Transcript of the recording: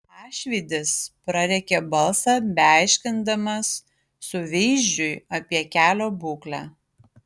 ašvydis prarėkė balsą beaiškindamas suveizdžiui apie kelio būklę